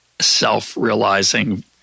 self-realizing